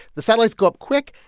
the satellites go up quick,